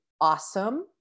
awesome